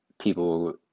people